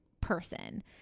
person